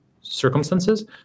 circumstances